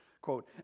Quote